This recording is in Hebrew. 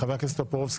חבר הכנסת טופורובסקי,